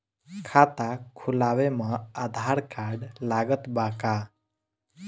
खाता खुलावे म आधार कार्ड लागत बा का?